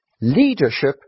Leadership